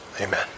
Amen